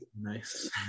nice